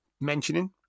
mentioning